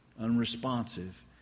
unresponsive